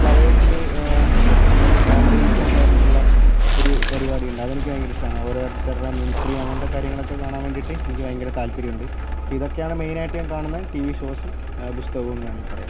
ഫ്ലവേഴ്സിൽ അതായത് കോമഡി ഉത്സവം എന്ന് പറഞ്ഞിട്ടുള്ള ഒരു പരിപാടിയുണ്ട് അതെനിക്ക് ഭയങ്കര ഇഷ്ടമാണ് ഓരോരുത്തരുടെ മിമിക്രിയും അങ്ങനത്തെ കാര്യങ്ങളൊക്കെ കാണാൻ വേണ്ടിയിട്ട് എനിക്ക് ഭയങ്കര താല്പര്യമുണ്ട് അപ്പോൾ ഇതൊക്കെയാണ് മെയിനായിട്ട് ഞാൻ കാണുന്ന ടി വി ഷോസും പുസ്തകവും വേണമെങ്കിൽ പറയാം